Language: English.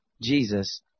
Jesus